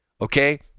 okay